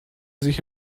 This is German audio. sich